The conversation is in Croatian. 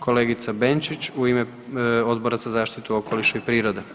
Kolegica Benčić u ime Odbora za zaštitu okoliša i prirode.